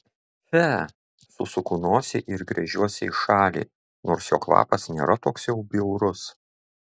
fe susuku nosį ir gręžiuosi į šalį nors jo kvapas nėra toks jau bjaurus